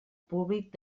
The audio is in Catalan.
públic